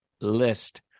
List